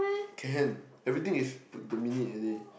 can everything is put to minute already